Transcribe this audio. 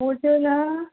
मोट्यो ना